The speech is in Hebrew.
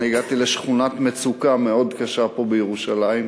אני הגעתי לשכונת מצוקה מאוד קשה פה בירושלים,